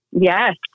Yes